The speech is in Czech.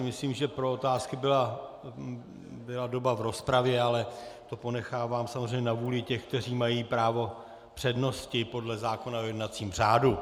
Myslím, že pro otázky byla doba v rozpravě, ale to ponechávám samozřejmě na vůli těch, kteří mají právo přednosti podle zákona o jednacím řádu.